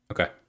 Okay